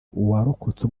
uwarokotse